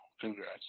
Congrats